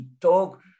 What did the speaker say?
talk